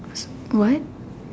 what